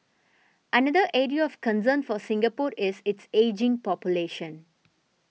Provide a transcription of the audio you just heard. another area of concern for Singapore is its ageing population